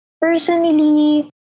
Personally